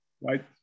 Right